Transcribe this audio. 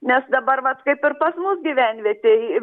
nes dabar vat kaip ir pas mus gyvenvietėj